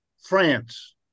France